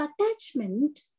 attachment